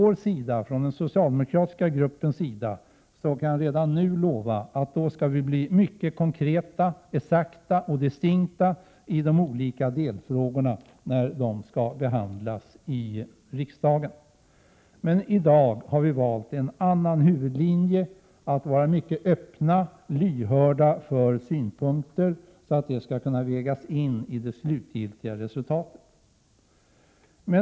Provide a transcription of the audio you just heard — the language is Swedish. Från den socialdemokratiska gruppens sida kan jag redan nu lova att vi då kommer att vara mycket konkreta, exakta och distinkta när de olika delfrågorna skall behandlas i riksdagen. Men i dag har vi valt en annan huvudlinje, att vara mycket öppna och lyhörda för synpunkter, så att de skall kunna vägas in i det slutliga resultatet.